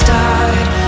died